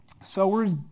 sowers